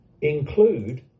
include